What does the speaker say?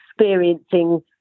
experiencing